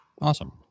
Awesome